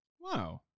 Wow